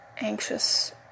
anxious